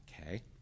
Okay